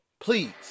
Please